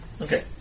Okay